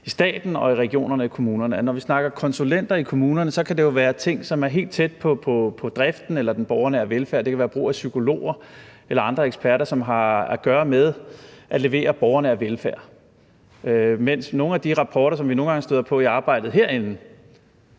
i staten og i regionerne og i kommunerne. Når vi snakker konsulenter i kommunerne, kan det jo være ting, som er helt tæt på driften eller den borgernære velfærd. Det kan være brug af psykologer eller andre eksperter, som har at gøre med at levere borgernær velfærd, mens nogle af de rapporter, som vi nogle gange støder på i arbejdet herinde,